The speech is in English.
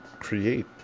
create